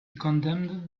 condemned